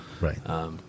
right